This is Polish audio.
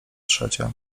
trzecia